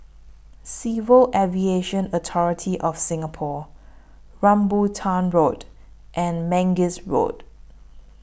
Civil Aviation Authority of Singapore Rambutan Road and Mangis Road